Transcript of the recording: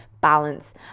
balance